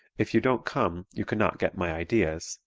if you don't come, you cannot get my ideas,